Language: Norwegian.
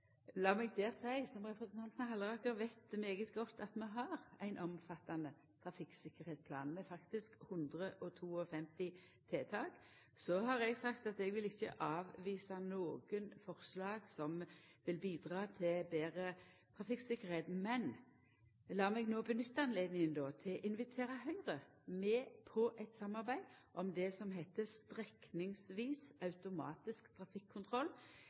som representanten Halleraker veit svært godt, at vi har ein omfattande trafikksikkerheitsplan, med faktisk 152 tiltak. Så har eg sagt at eg vil ikkje avvisa nokon forslag som vil bidra til betre trafikktryggleik, men lat meg no nytta høvet til å invitera Høgre med på eit samarbeid om det som heiter «strekningsvis automatisk